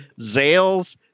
Zales